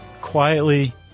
quietly